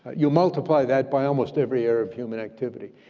you multiply that by almost every area of human activity.